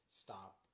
stop